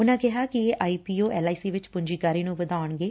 ਉਨਾਂ ਕਿਹਾ ਕਿ ਇਹ I P O L I C ਵਿਚ ਪੁੰਜੀਕਾਰੀ ਨੁੰ ਵਧਾਉਣਗੇ